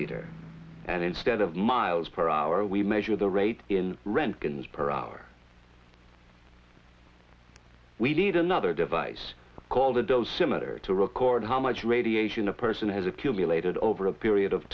meter and instead of miles per hour we measure the rate in rent can spur our we need another device called a dosimeter to record how much radiation a person has accumulated over a period of